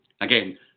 Again